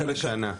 20 מיליון בשנה.